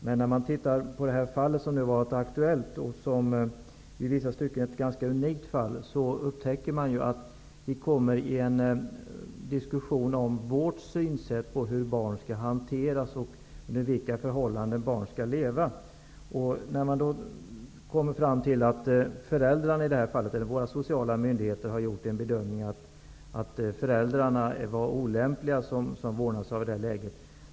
Men när man tittar på det fall som varit aktuellt, och som i vissa stycken är ett ganska unikt fall, upptäcker man att vi hamnar i en diskussion om vårt synsätt på hur barn skall hanteras och under vilka förhållanden barn skall leva. Våra sociala myndigheter har gjort bedömningen att föräldrarna var olämpliga som vårnadshavare i detta läge.